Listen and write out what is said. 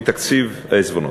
מתקציב העיזבונות.